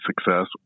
success